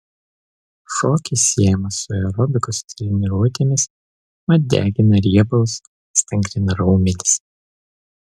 šokis siejamas su aerobikos treniruotėmis mat degina riebalus stangrina raumenis